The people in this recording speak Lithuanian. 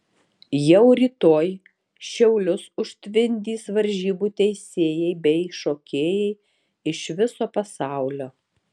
jau rytoj šiaulius užtvindys varžybų teisėjai bei šokėjai iš viso pasaulio